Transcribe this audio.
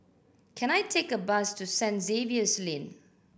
can I take a bus to St Xavier's Lane